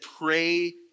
pray